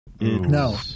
No